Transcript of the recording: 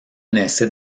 naissait